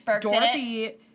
Dorothy